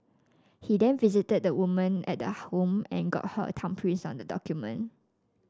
he then visited the woman at the home and got her thumbprints on the document